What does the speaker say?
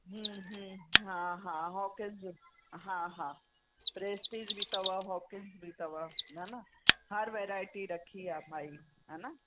हम्म हम्म हा हा हॉकेंस जो हा हा प्रेसटिज बि अथव हॉकेंस बि अथव हा न हर वैराएटी रखी आहे भाई हा न